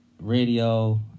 Radio